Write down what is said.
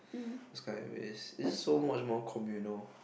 those kind where it's it's just so much more communal